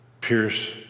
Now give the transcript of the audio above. pierce